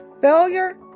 Failure